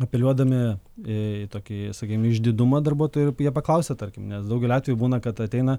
apeliuodami į tokį sakykim išdidumą darbuotojų ir jie paklausia tarkim nes daugeliu atvejų būna kad ateina